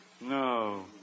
No